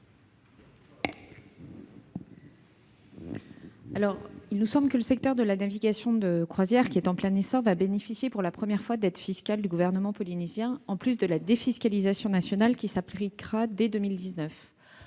? Il nous semble que le secteur de la navigation de croisière, qui est en plein essor, va bénéficier pour la première fois d'aides fiscales du gouvernement polynésien, en plus de la défiscalisation nationale qui s'appliquera dès 2019.